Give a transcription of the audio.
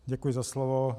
Děkuji za slovo.